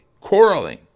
quarreling